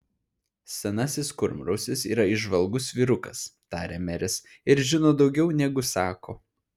senasis kurmrausis yra įžvalgus vyrukas tarė meris ir žino daugiau negu sako